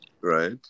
right